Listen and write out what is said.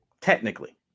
Technically